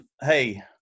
hey